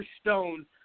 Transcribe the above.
stone